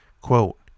Quote